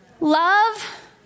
love